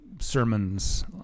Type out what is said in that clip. sermons